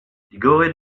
digoret